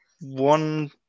one